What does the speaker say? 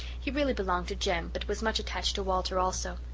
he really belonged to jem but was much attached to walter also.